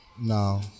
no